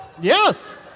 Yes